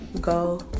Go